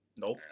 Nope